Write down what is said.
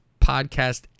podcast